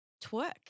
twerk